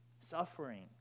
Suffering